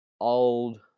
old